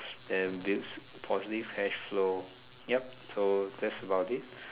that builds positive cashflow yup so that's about it